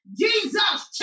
Jesus